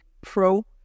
pro